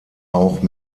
auch